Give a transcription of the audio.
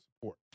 support